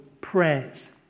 prayers